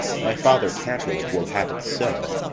my father capulet will have it so,